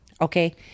okay